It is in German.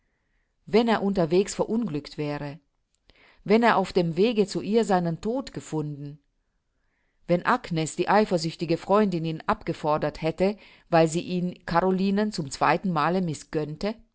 wenn er unterwegs verunglückt wäre wenn er auf dem wege zu ihr seinen tod gefunden wenn agnes die eifersüchtige freundin ihn abgefordert hätte weil sie ihn carolinen zum zweitenmale mißgönnte